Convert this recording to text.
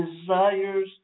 desires